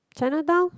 Chinatown